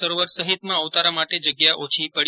સરોવર સહિતમાં ઓતારા માટે જગ્યા ઓછી પડી હતી